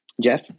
Jeff